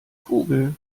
vogel